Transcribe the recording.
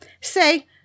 Say